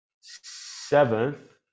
seventh